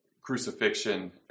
crucifixion